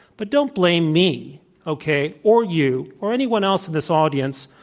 but don't blame me okay or you, or anyone else in this audience,